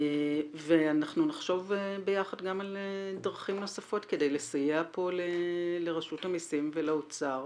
אנחנו נחשוב ביחד גם על דרכים נוספות כדי לסייע פה לרשות המיסים ולאוצר